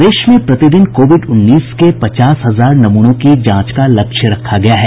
प्रदेश में प्रतिदिन कोविड उन्नीस के पचास हजार नमूनों की जांच का लक्ष्य रखा गया है